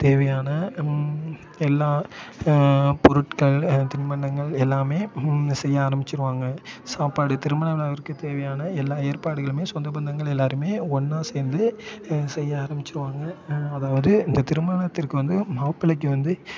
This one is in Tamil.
தேவையான எல்லாம் பொருட்கள் தின்பண்டங்கள் எல்லாமே செய்ய ஆரம்பிச்சுருவாங்க சாப்பாடு திருமண விழாவிற்கு தேவையான எல்லா ஏற்பாடுகளுமே சொந்த பந்தங்கள் எல்லாேருமே ஒன்றா சேர்ந்து செய்ய ஆரம்பிச்சுருவாங்க அதாவது இந்த திருமணத்திற்கு வந்து மாப்பிள்ளைக்கு வந்து